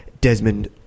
Desmond